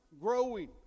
growing